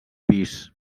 pis